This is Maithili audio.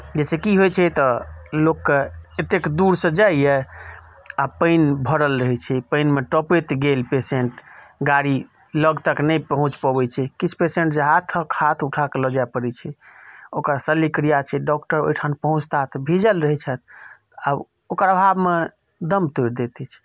जाहिसॅं की होइ छै तऽ लोकके एतेक दूरसँ जाइया आ पानि भरल रहै छै पानिमे टपैत गेल पेशेंट गाड़ी लग तक नहि पहुँच पबै छै किछु पेशेंट जे हाथक हाथ उठा कऽ लऽ जाय पड़ै छै ओकर शल्य क्रिया छै डॉक्टर ओहिठाम पहुँचता तऽ भीजल रहै छथि आ ओकर आभाव मे दम तोड़ि दैत अछि